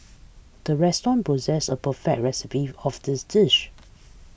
the restaurant possesses a perfect recipe of this dish